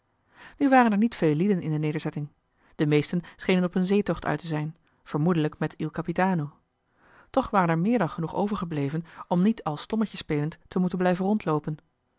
nu waren er niet veel lieden in de nederzetting de meesten schenen op een zeetocht uit te zijn vermoedelijk met il capitano toch waren er nog meer dan genoeg overgebleven om niet al stommetje spelend te moeten blijven rondloopen